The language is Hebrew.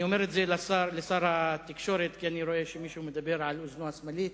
אני אומר את זה לשר התקשורת כי אני רואה שמישהו מדבר לאוזנו השמאלית.